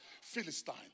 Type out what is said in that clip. Philistine